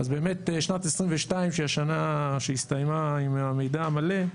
שנת 2022 שהיא השנה שהסתיימה עם המידע המלא,